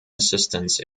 assistance